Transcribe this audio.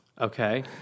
Okay